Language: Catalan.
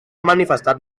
manifestat